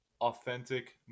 Authentic